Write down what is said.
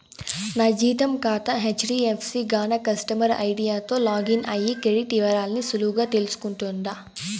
నా జీతం కాతా హెజ్డీఎఫ్సీ గాన కస్టమర్ ఐడీతో లాగిన్ అయ్యి క్రెడిట్ ఇవరాల్ని సులువుగా తెల్సుకుంటుండా